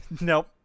Nope